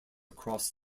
across